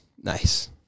Nice